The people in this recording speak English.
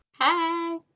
hi